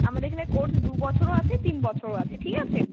আমাদের এইখানে কোর্স দু বছরও আছে তিন বছরও আছে ঠিক আছে